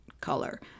color